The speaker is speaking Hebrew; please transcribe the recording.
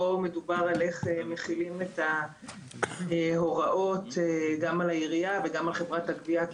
פה מדובר על איך מחילים את ההוראות גם על העירייה וגם על חברת הגבייה,